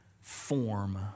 form